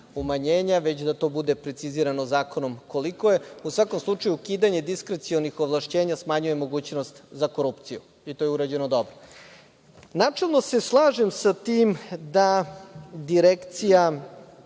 već da to bude precizirano zakonom koliko je. U svakom slučaju ukidanje diskrecionih ovlašćenja smanjuje mogućnost za korupciju, i to je urađeno dobro. Načelno se slažem sa tim da Direkcija